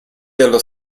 dello